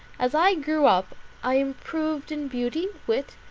as i grew up i improved in beauty, wit,